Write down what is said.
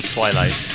Twilight